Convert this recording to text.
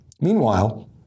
Meanwhile